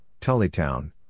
Tullytown